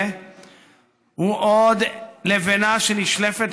הזה ומחרב את הכול,